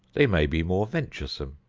they may be more venturesome,